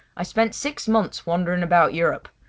i spent six months wandering about europe,